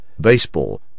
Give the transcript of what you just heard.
baseball